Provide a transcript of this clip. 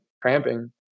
cramping